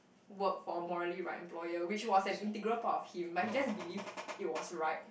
work for morally right employer which was an integral part of him but he just believed it was right